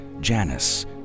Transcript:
Janice